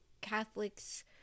Catholics